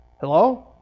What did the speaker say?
Hello